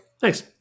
Thanks